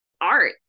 art